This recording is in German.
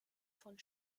von